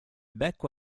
becco